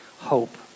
hope